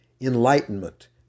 enlightenment